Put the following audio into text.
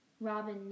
Robin